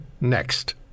next